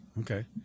Okay